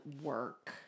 work